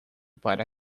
para